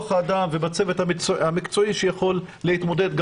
אדם ובצוות המקצועי שיכול להתמודד.